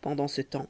pendant ce temps